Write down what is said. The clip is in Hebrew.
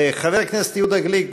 חבר הכנסת יהודה גליק,